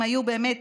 אם היו באמת